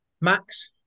Max